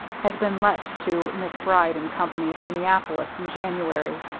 had been let to macbride and company, of minneapolis, in january,